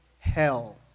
hell